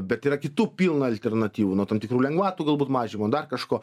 bet yra kitų pilna alternatyvų nuo tam tikrų lengvatų galbūt mažinimo dar kažko